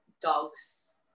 dogs